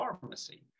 pharmacy